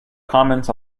comments